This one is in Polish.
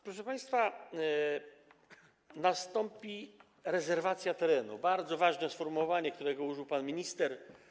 Proszę państwa, nastąpi rezerwacja terenu, bardzo ważne sformułowanie, którego użył pan minister.